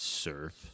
surf